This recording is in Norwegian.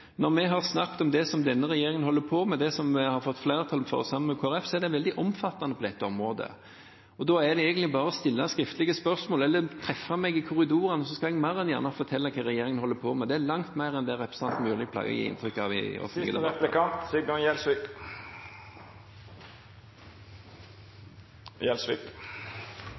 Når vi har snakket om det som denne regjeringen holder på med, det som vi har fått flertall for sammen med Kristelig Folkeparti, er det veldig omfattende på dette området. Da er det egentlig bare å stille skriftlige spørsmål eller treffe meg i korridorene, så skal jeg mer enn gjerne fortelle hva regjeringen holder på med. Det er langt mer enn det representanten Myrli pleier å gi inntrykk av i